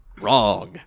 Wrong